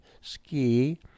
ski